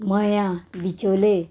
मया बिचोले